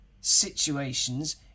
situations